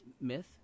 myth